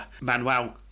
Manuel